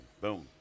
boom